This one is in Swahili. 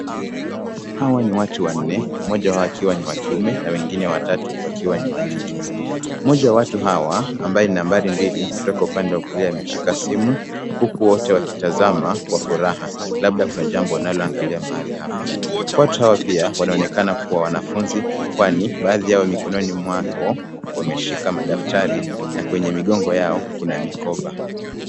Hawa ni watu wanne, mmoja wao akiwa ni wa kiume na wengine watatu wakiwa ni wa kike. Mmoja wa watu hawa, ambaye ni nambari mbili kutoka upande wa kulia ameshika simu, huku wote wakitazama kwa furaha, labda kuna jambo linaloangalia mahali hapa. Watu hawa pia wanaonekana kua wanafunzi, kwani baadhi yao mikononi mwao wameshika madaftari, na kwenye migongo yao kuna mikoba.